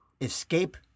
escape